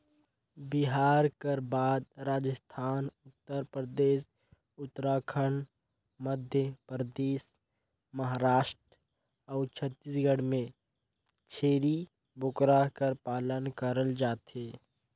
बिहार कर बाद राजिस्थान, उत्तर परदेस, उत्तराखंड, मध्यपरदेस, महारास्ट अउ छत्तीसगढ़ में छेरी बोकरा कर पालन करल जाथे